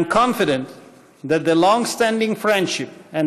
am confident that the long standing friendship and